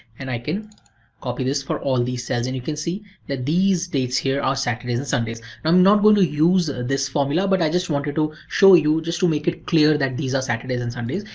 and i can copy this for all these cells and you can see that these dates here are saturdays and sundays. i'm not going to use ah this formula, but i just wanted to show you just to make it clear that these are saturdays and sundays,